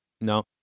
No